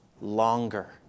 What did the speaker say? Longer